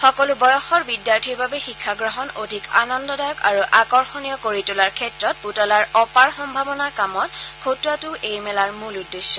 সকলো বয়সৰ বিদ্যাৰ্থীৰ বাবে শিক্ষা গ্ৰহণ অধিক আনন্দদায়ক আৰু আকৰ্ষণীয় কৰি তোলাৰ ক্ষেত্ৰত পুতলাৰ অপাৰ সম্ভাৱনা কামত খটুৱাটোও এই মেলাৰ মূল উদ্দেশ্য